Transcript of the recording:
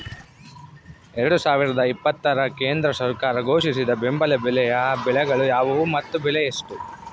ಎರಡು ಸಾವಿರದ ಇಪ್ಪತ್ತರ ಕೇಂದ್ರ ಸರ್ಕಾರ ಘೋಷಿಸಿದ ಬೆಂಬಲ ಬೆಲೆಯ ಬೆಳೆಗಳು ಯಾವುವು ಮತ್ತು ಬೆಲೆ ಎಷ್ಟು?